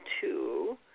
two